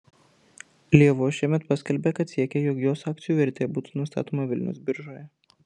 lėvuo šiemet paskelbė kad siekia jog jos akcijų vertė būtų nustatoma vilniaus biržoje